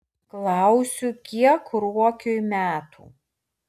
klausiu kiek ruokiui metų